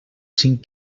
cinc